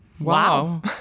Wow